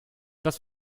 das